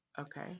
okay